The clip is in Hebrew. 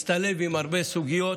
זה מצטלב עם הרבה סוגיות.